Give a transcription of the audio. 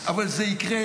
אבל זה יקרה.